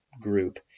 group